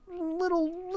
little